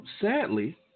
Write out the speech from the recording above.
sadly